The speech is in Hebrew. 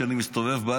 כשאני מסתובב,